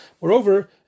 Moreover